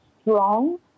strong